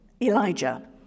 Elijah